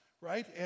right